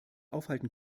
aufhalten